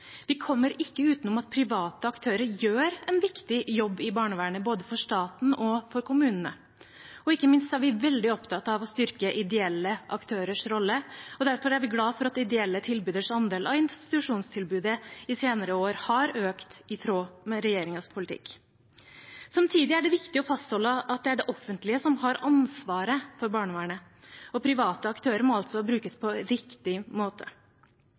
Vi kommer ikke utenom at private aktører gjør en viktig jobb i barnevernet, både for staten og for kommunene, og ikke minst er vi veldig opptatt av å styrke ideelle aktørers rolle. Derfor er vi glad for at ideelle tilbyderes andel av institusjonstilbudet i senere år har økt i tråd med regjeringens politikk. Samtidig er det viktig å fastholde at det er det offentlige som har ansvaret for barnevernet, og private aktører må altså brukes på riktig måte.